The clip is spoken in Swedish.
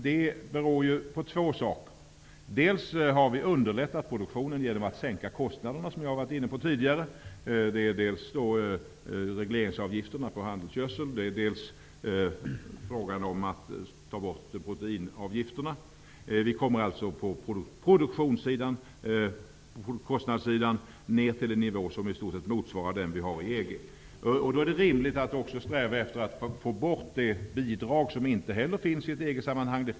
Det beror på att vi har underlättat produktionen genom att sänka kostnaderna, som jag har varit inne på tidigare. Vi har tagit bort dels regleringsavgifterna på handelsgödsel, dels proteinavgifterna. Vi kommer alltså på kostnadssidan ner på en nivå som i stort sett motsvarar den man har i EG. Det är rimligt att sträva efter att få bort bidrag som inte finns i EG-sammanhang.